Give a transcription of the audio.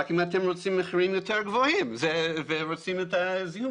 רק אם אתם רוצים מחירים יותר גבוהים ורוצים זיהום.